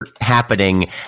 happening